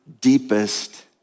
deepest